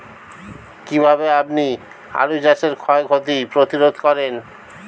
কীভাবে আপনি আলু চাষের ক্ষয় ক্ষতি প্রতিরোধ করেন?